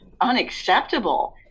unacceptable